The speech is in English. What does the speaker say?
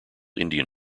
indian